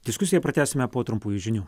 diskusiją pratęsime po trumpųjų žinių